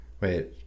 Wait